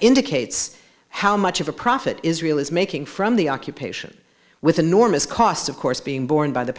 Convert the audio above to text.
indicates how much of a profit israel is making from the occupation with enormous cost of course being borne by the